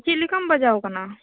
ᱪᱮᱫ ᱞᱮᱠᱟᱢ ᱵᱟᱡᱟᱣ ᱟᱠᱟᱱᱟ